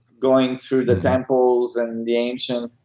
going through the temples and the ancient,